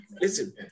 Listen